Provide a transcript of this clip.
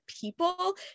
people